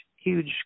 huge